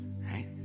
right